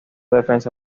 defensa